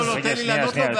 רגע, לא, לא, תן לי לענות לו.